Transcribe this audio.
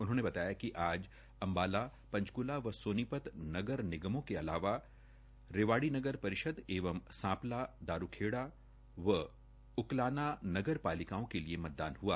उन्होंने बताया कि आज अम्बाला ंचक्ला व सोनी त नगर निगमों के अलावा रेवाड़ी नगर रिषद एवं सां ला दारूखेड़ा व उकलाना नगर ालिकाओं के लिए मतदान हुआ